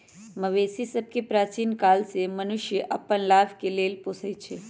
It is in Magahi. मवेशि सभके प्राचीन काले से मनुष्य अप्पन लाभ के लेल पोसइ छै